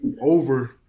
over